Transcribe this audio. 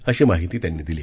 अशी माहिती त्यांनी दिली